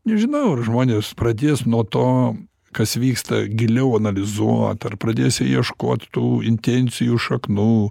nežinau ar žmonės pradės nuo to kas vyksta giliau analizuot ar pradės jie ieškot tų intencijų šaknų